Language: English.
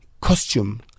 costume